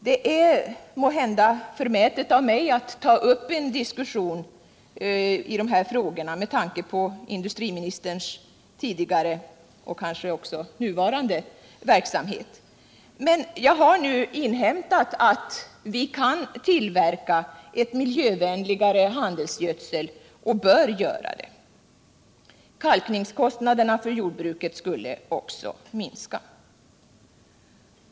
Det är måhända förmätet av mig att ta upp en diskussion i dessa frågor med tanke på industriministerns tidigare och kanske nuvarande verksamhet, men jag har inhämtat att vi kan tillverka ett miljövänligare handelsgödsel och bör göra det. Kalkningskostnaderna för jordbruket skulle också minska.